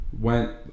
went